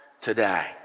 today